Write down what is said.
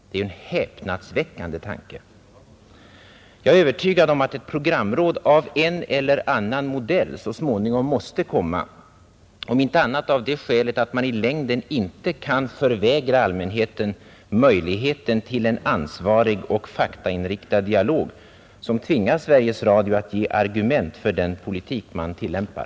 Det är ju en häpnadsväckande tanke. Jag är övertygad om att ett programråd av en eller annan modell så småningom måste komma, om inte annat av det skälet att man i längden inte kan förvägra allmänheten möjligheten till en ansvarig och faktainriktad dialog som tvingar Sveriges Radio att ge argument för den programpolitik man tillämpar.